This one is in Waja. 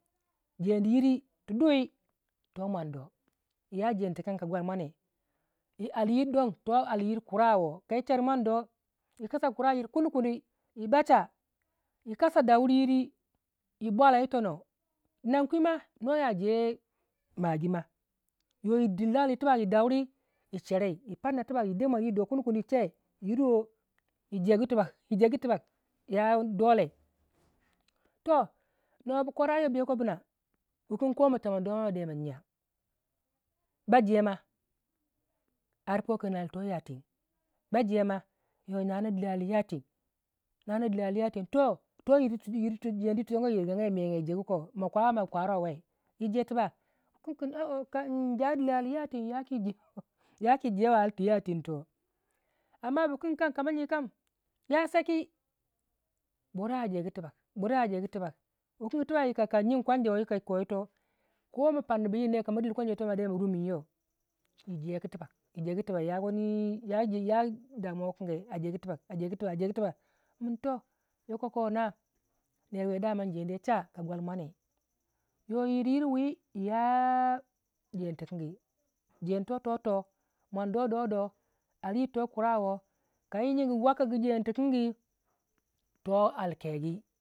jeni yiri to mundo yi jeni tikanki ka gwal mwane yi halli yiri don toh alli yiri kurawo kai char mwan doh yikasa kurahiri kundi yibasha yi kasa dauri yiri yi bwala yi tono nan gwi ma noya jeh magima yoyi dil alliyiri tibak yi cheri yi parna tibak yide mwan yi doh tibak yi ruwo yi jegu tibak ya dolle toh kwarayuwa bu yokobina wukin koh ma do mwan do ma mde ma jya ba jema ar pokin al to nigabu teng ba jema yoyi nana dilo alya teng nana dilo al ya teng toh toh yir tu chudiyir tu yo yi regagya yi mega yi jeguko ma kwawei ma kwaro wey yi je tibak wukan kin woo nja dillo al yateng yaki jewo laugh yaki jewo al tu ya teng toh amma pukan kam kama jyi kam ya seki bure a jegu tubak bure a jegutibak wukanke yika ka ba jyigi kwanja woh tibak yito koh ma parnubu yirne made ma rumin yo burma ijegu tubak ijeku tibak ya wani ya damuwa wukange a jegu tibak min toh yoko na min ner wiya daman tu je cha bur mwane yo yiryiri wii yiyaa jeni tikingi jeni toh to toh bwan do do do al yiri toh kura woh kayi yigi waku ku al tikin gi toh al kegi kayi jyigi wakuku jeni tikangi toh ba wani al tui toh yi techa yi tono yi dilo yi tono sai yi niga wurei yi tono yi je yi jyi kwara yiwa ma buna ma ba je toh jenihir tu yamba jyirro apina sima wiyawa yiya jeni tikingi ba kwala toh jeni yir toh toh nuwa bikanga pina kasi jeni tu jyai kasi jeni tu pine nindo wurei yi tono kasi jeni tu bina koh dono jore bina jewai amma yo ner wu regaga me jegu mwanu ako akana pene akana dono jore toh yaku yo munoyo yibu koda ba je mwando ar a milama